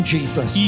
Jesus